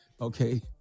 okay